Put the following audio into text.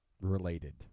related